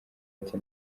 ati